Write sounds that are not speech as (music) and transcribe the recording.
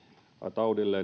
taudille (unintelligible)